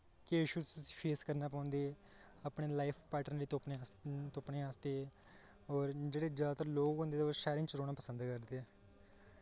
केह् issue face करने पौंदे अपने लाइफ पार्टनर ई तुप्पने अस तुप्पने आस्तै और जेह्ड़े जैदातर लोग होंदे तां ओह् शैह्रें च रौह्ना पसंद करदे